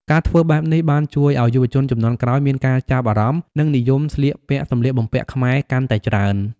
ការធ្វើបែបនេះបានជួយឱ្យយុវជនជំនាន់ក្រោយមានការចាប់អារម្មណ៍ និងនិយមស្លៀកពាក់សំលៀកបំពាក់ខ្មែរកាន់តែច្រើន។